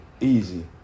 Easy